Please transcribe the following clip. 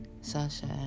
Sasha